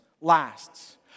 lasts